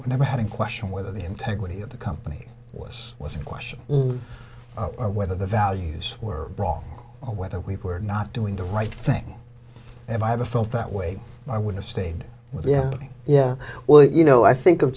i never had a question whether the integrity of the company was was a question or whether the values were wrong or whether we were not doing the right thing and i haven't felt that way i would have stayed with yeah yeah well you know i think of